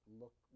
look